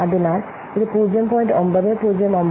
അതിനാൽ ഇത് 0